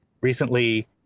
recently